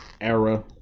era